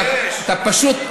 אתה פשוט,